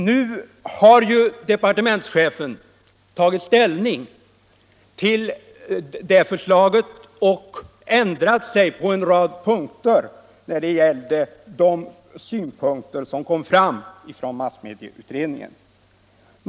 Nu har departementschefen tagit ställning till detta förslag och har ändrat sig på en rad punkter med anledning av den kritik som kom fram i massmedieutredningen.